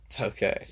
Okay